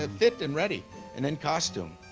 ah fit and ready and in costume.